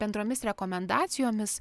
bendromis rekomendacijomis